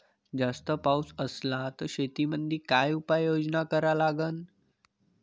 जास्त पाऊस असला त शेतीमंदी काय उपाययोजना करा लागन?